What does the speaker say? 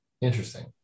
Interesting